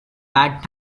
bad